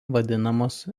vadinamos